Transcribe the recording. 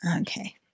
okay